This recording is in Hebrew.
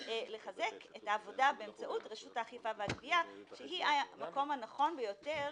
לחזק את העבודה באמצעות רשות האכיפה והגבייה שהיא המקום הנכון ביותר